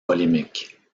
polémiques